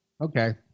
Okay